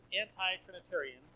anti-Trinitarian